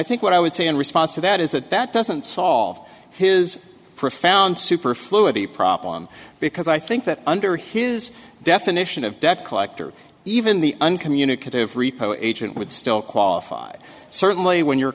think what i would say in response to that is that that doesn't solve his profound superfluity problem because i think that under his definition of debt collector even the uncommunicative repo agent would still qualify certainly when your